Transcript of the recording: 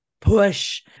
push